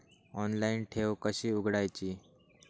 Online ठेव कशी उघडायची?